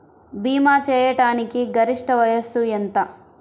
భీమా చేయాటానికి గరిష్ట వయస్సు ఎంత?